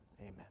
Amen